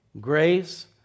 grace